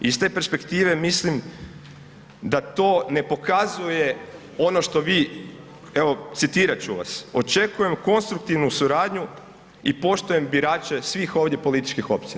Iz te perspektive mislim da to ne pokazuje ono što vi, evo citirat ću vas „očekujem konstruktivnu suradnju i poštujem birače svih ovdje političkih opcija“